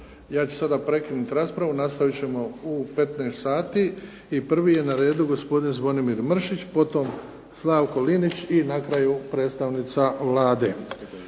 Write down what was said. ja ću sada prekinuti raspravu. Nastavit ćemo u 15 sati i prvi je na redu gospodin Zvonimir Mršić, potom Slavko Linić i na kraju predstavnica Vlade.